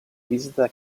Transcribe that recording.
visita